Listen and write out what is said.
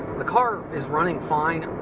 the car is running fine.